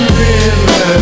river